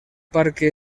parque